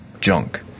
junk